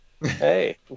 Hey